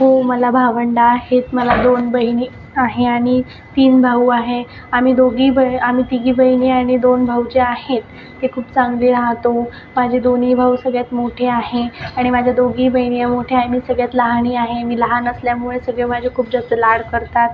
हो मला भावंडं आहेत मला दोन बहिणी आहे आणि तीन भाऊ आहे आम्ही दोघी बळ् आम्ही तिघी बहिणी आणि दोन भाऊ जे आहेत ते खूप चांगले राहतो माझे दोन्ही भाऊ सगळ्यात मोठे आहे आणि माझ्या दोघी बहिणी या मोठ्या आहेत मीच सगळ्यात लहान आहे मी लहान असल्यामुळे सगळे माझे खूप जास्त लाड करतात